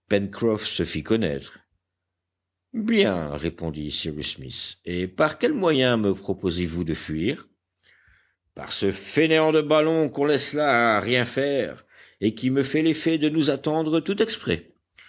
se fit connaître bien répondit cyrus smith et par quel moyen me proposez-vous de fuir par ce fainéant de ballon qu'on laisse là à rien faire et qui me fait l'effet de nous attendre tout exprès